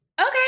Okay